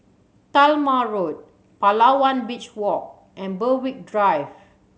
Talma Road Palawan Beach Walk and Berwick Drive